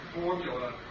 formula